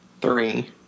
Three